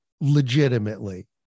legitimately